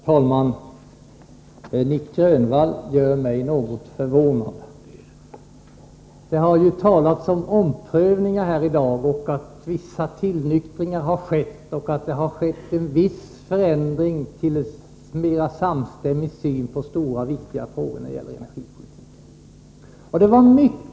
Herr talman! Nic Grönvall gör mig något förvånad. Det har ju talats om omprövningar här i dag, om att en viss tillnyktring har skett och om att det har skett en viss förändring i riktning mot en mer samstämmig syn på stora och viktiga frågor när det gäller energipolitiken.